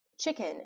chicken